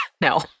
No